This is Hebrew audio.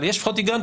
אבל יש לפחות הגיון,